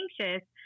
anxious